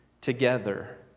together